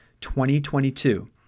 2022